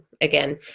again